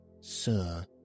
sir